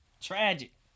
Tragic